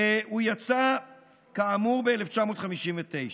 והוא יצא כאמור ב-1959,